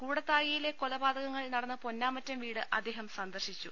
കൂടത്തായിയിലെ കൊലപാതകങ്ങൾ നടന്ന പൊന്നാമറ്റം വീട് അദ്ദേഹം സന്ദർശിച്ചു